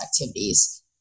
activities